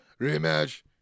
Rematch